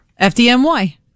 fdmy